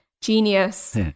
genius